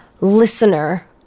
listener